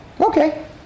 okay